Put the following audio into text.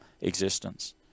existence